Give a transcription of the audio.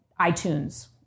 iTunes